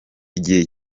igihe